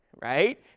Right